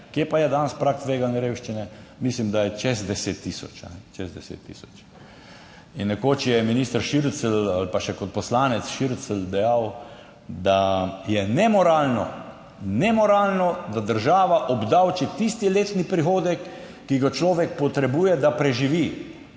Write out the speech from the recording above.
Kje pa je danes prag tveganja revščine? Mislim, da je čez 10000. Čez 10000. In nekoč je minister Šircelj ali pa še kot poslanec Šircelj dejal, da je nemoralno, nemoralno, da država obdavči tisti letni prihodek, ki ga človek potrebuje, da preživi.